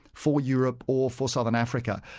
for europe or for southern africa.